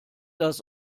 das